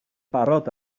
barod